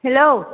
hello